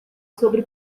sobre